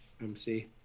MC